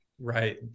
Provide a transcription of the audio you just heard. right